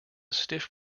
stiff